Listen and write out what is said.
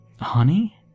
honey